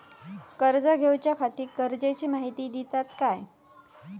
कर्ज घेऊच्याखाती गरजेची माहिती दितात काय?